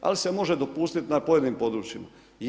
Ali se može dopustiti na pojedinim područjima.